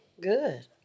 good